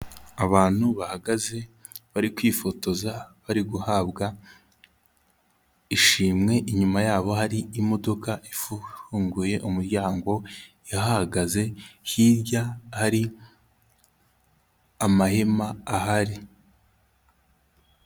Abantu bahagaze bari kwifotoza, bari guhabwa ishimwe, inyuma yabo hari imodoka ifunguye umuryango, ihahagaze hirya ari amahema ahari.